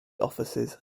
offices